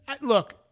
look